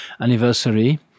anniversary